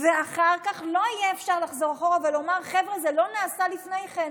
ואחר כך לא יהיה אפשר לחזור אחורה ולומר: חבר'ה זה לא נעשה לפני כן.